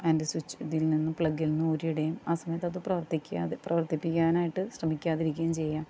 അതിൻ്റെ സ്വിച്ച് ഇതിൽനിന്നും പ്ലഗിൽ നിന്നും ഊരിയിടുകയും ആ സമയത്തത് അത് പ്രവർത്തിക്കാതെ പ്രവർത്തിപ്പിക്കാനായിട്ട് ശ്രമിക്കാതിരിക്കുകയും